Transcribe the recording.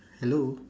hello